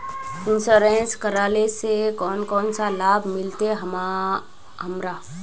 Insurance करेला से कोन कोन सा लाभ मिलते हमरा?